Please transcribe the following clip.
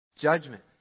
Judgment